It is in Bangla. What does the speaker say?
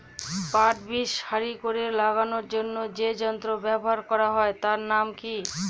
পাট বীজ সারি করে লাগানোর জন্য যে যন্ত্র ব্যবহার হয় তার নাম কি?